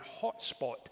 hotspot